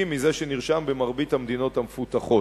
מזה שנרשם במרבית המדינות המפותחות.